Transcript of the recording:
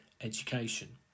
education